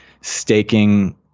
staking